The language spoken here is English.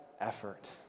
effort